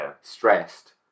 stressed